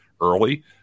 early